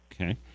Okay